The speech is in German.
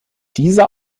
dieser